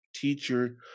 Teacher